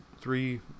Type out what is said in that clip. three